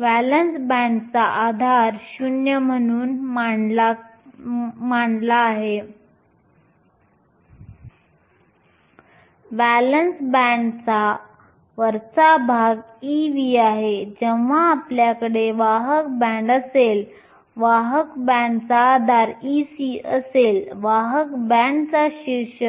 valence बँडचा आधार शून्य म्हणून मांडला आहे व्हॅलेन्स बँडचा वरचा भाग Ev आहे जेव्हा आपल्याकडे वाहक बँड असेल वाहक बँडचा आधार Ec असेल वाहक बँडचा शीर्ष